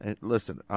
listen